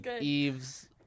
Eve's